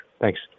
Thanks